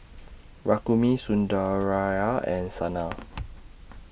Rukmini Sundaraiah and Sanal